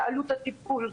בעלות הטיפול.